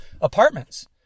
apartments